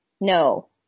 No